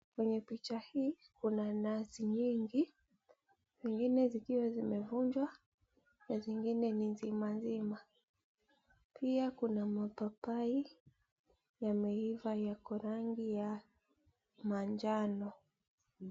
Kwenye picha hii kuna nazi nyingi, zingine zikiwa zimevunjwa na zingine mzima mzima. Pia kuna mapapai yameiva yako rangi ya manjano.